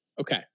Okay